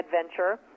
adventure